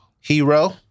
Hero